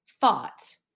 thought